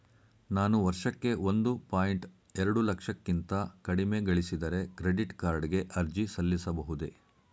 ನಾನು ವರ್ಷಕ್ಕೆ ಒಂದು ಪಾಯಿಂಟ್ ಎರಡು ಲಕ್ಷಕ್ಕಿಂತ ಕಡಿಮೆ ಗಳಿಸಿದರೆ ಕ್ರೆಡಿಟ್ ಕಾರ್ಡ್ ಗೆ ಅರ್ಜಿ ಸಲ್ಲಿಸಬಹುದೇ?